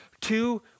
two